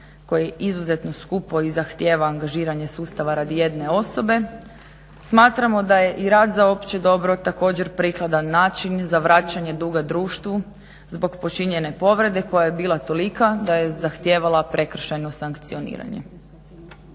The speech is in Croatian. je izuzetno skupo i zahtjeva angažiranje sustava radi jedne osobe smatramo da je i rad za opće dobro također prikladan način za vraćanje duga društvu zbog počinjene povrede koja je bila tolika da je zahtijevala prekršajno sankcioniranje.